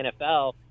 NFL